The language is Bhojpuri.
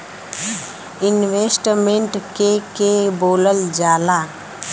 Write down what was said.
इन्वेस्टमेंट के के बोलल जा ला?